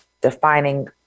defining